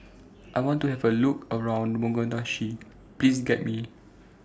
I want to Have A Look around Mogadishu Please Guide Me